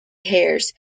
hares